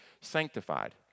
sanctified